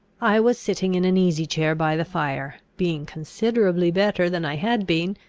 i was sitting in an easy chair by the fire, being considerably better than i had been,